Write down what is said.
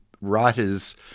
writers